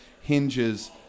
hinges